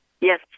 Yes